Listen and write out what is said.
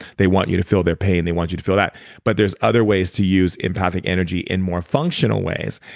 they want you to feel their pain. they want you to feel that but there's other ways to use empathic energy in more functional ways.